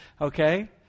okay